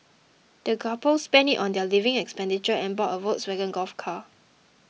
the couple spent it on their living expenditure and bought a Volkswagen Golf car